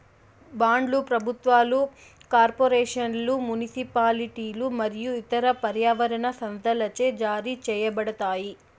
బాండ్లు ప్రభుత్వాలు, కార్పొరేషన్లు, మునిసిపాలిటీలు మరియు ఇతర పర్యావరణ సంస్థలచే జారీ చేయబడతాయి